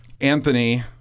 Anthony